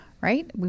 right